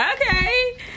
Okay